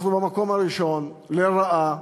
אנחנו במקום הראשון לרעה